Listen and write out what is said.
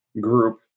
group